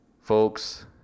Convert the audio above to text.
Folks